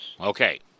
Okay